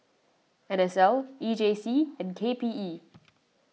N S L E J C and K P E